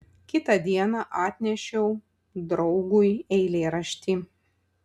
kitą dieną atnešiau draugui eilėraštį